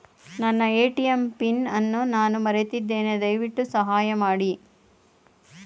ನನ್ನ ATM pin ಅನ್ನು ನಾನು ಮರೆತಿದ್ದೇನೆ, ದಯವಿಟ್ಟು ಸಹಾಯ ಮಾಡಿ